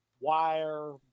Wire